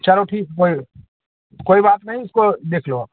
चलो ठीक बए कोई बात नहीं उसको देख लो आप